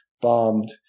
bombed